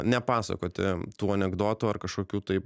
nepasakoti tuo anekdotų ar kažkokių tai